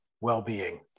well-being